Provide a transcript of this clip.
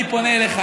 אני פונה אליך,